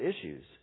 issues